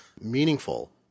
meaningful